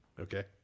Okay